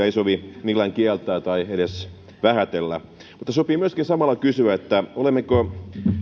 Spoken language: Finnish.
ei sovi millään kieltää tai edes vähätellä mutta sopii myöskin samalla kysyä olemmeko